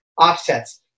offsets